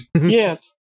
Yes